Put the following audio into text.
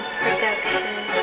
production